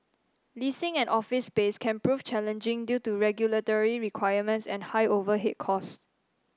leasing an office space can prove challenging due to regulatory requirements and high overhead costs